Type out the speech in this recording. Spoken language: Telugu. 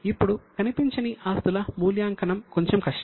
ఇప్పుడు కనిపించని ఆస్తుల మూల్యాంకనం కొంచెం కష్టం